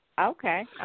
Okay